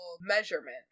measurement